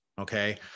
okay